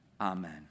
Amen